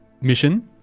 mission